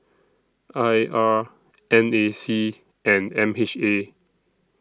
I R N A C and M H A